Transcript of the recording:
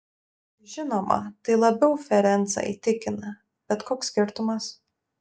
žinoma tai labiau ferencą įtikina bet koks skirtumas